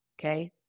Okay